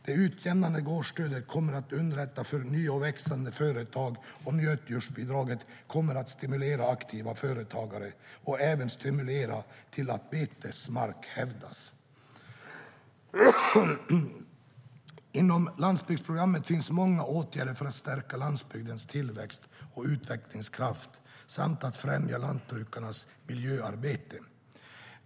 Det utjämnade gårdsstödet kommer att underlätta för nya och växande företag, och nötdjursbidraget kommer att stimulera aktiva företagare och även stimulera till att betesmarker hävdas. Inom landsbygdsprogrammet finns många åtgärder för att stärka landsbygdens tillväxt och utvecklingskraft samt att främja lantbrukarnas miljöarbete.